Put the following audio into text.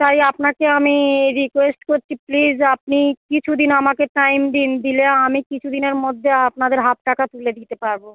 তাই আপনাকে আমি রিক্যুয়েস্ট করছি প্লিজ আপনি কিছু দিন আমাকে টাইম দিন দিলে আমি কিছু দিনের মধ্যে আপনাদের হাফ টাকা তুলে দিতে পারবো